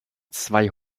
zwei